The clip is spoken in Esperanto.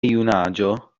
junaĝo